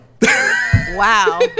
Wow